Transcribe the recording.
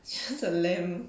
just a lamp